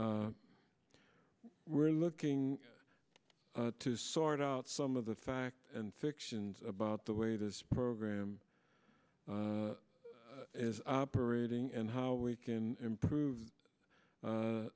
we're looking to sort out some of the fact and fiction about the way this program is operating and how we can improve